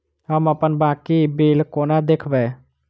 हम अप्पन बाकी बिल कोना देखबै?